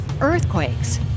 earthquakes